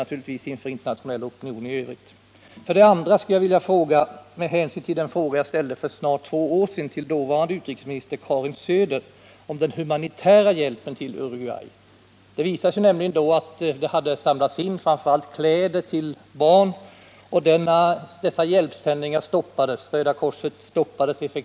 Jag skulle vilja ställa ytterligare en fråga till utrikesministern. Den rör den humanitära hjälpen till Uruguay och har anknytning till den fråga jag ställde för snart två år sedan till dåvarande utrikesministern Karin Söder. Röda korset hade då samlat in kläder till barnen, men det visade sig att deras verksamhet med dessa hjälpsändningar stoppades effektivt av regimen i Uruguay.